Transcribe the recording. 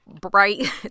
Bright